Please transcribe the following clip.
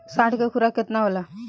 साँढ़ के खुराक केतना होला?